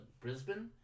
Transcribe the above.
brisbane